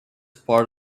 part